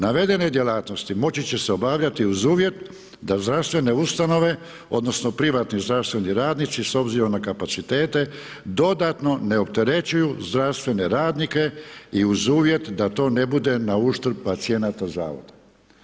Navedene djelatnosti moći će se obavljati uz uvjet da zdravstvene ustanove odnosno privatni zdravstveni radnici s obzirom na kapacitete, dodatno ne opterećuju zdravstvene radnike i uz uvjet da to ne bude nauštrb pacijenata u zavodu.